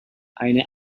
eine